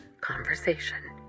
conversation